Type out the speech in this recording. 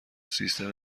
سیستم